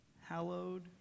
hallowed